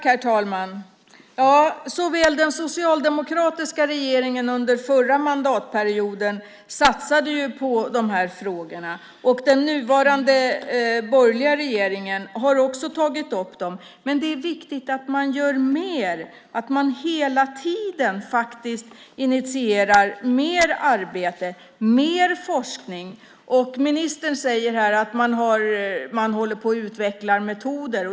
Herr talman! Den socialdemokratiska regeringen satsade ju under förra mandatperioden på de här frågorna, och den nuvarande borgerliga regeringen har också tagit upp dem. Men det är viktigt att man gör mer, att man hela tiden faktiskt initierar mer arbete, mer forskning. Ministern säger här att man håller på att utveckla metoder.